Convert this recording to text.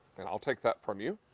and i'll take that from you.